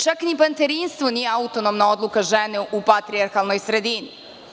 Čak ni materinstvo nije autonomna odluka žene u patrijarhalnoj sredini.